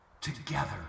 Together